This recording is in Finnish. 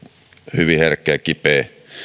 hyvin herkkä ja kipeä